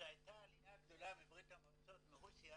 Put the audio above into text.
כשהייתה העלייה הגדולה מברית המועצות, מרוסיה,